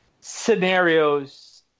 scenarios